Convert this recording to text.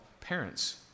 parents